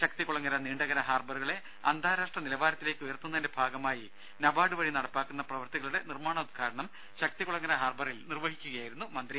ശക്തികുളങ്ങര നീണ്ടകര ഹാർബറുകളെ അന്താരാഷ്ട്ര നിലവാരത്തിലേക്ക് ഉയർത്തുന്നതിന്റെ ഭാഗമായി നബാർഡ് വഴി നടപ്പാക്കുന്ന പ്രവൃത്തികളുടെ നിർമ്മാണോദ്ഘാടനം ശക്തികുളങ്ങര ഹാർബറിൽ നിർവഹിക്കുകയായിരുന്നു മന്ത്രി